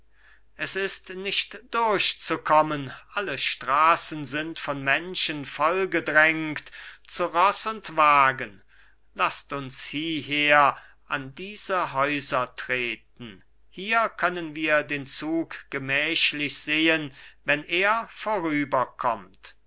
es ist nicht durchzukommen alle straßen sind von menschen vollgedrängt zu roß und wagen laßt uns hieher an diese häuser treten hier können wir den zug gemächlich sehen wenn er